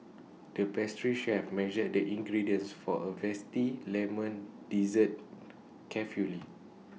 the pastry chef measured the ingredients for A vesty Lemon Dessert carefully